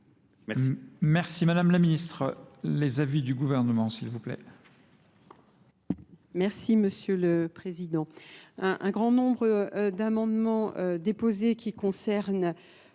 Merci Madame la Ministre. Les avis du gouvernement, s'il vous plaît. Merci Monsieur le Président. Un grand nombre d'amendements déposés qui concernent